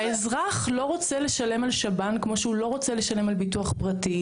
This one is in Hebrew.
האזרח לא רוצה לשלם על שב"ן כמו שהוא לא רוצה לשלם על ביטוח פרטי.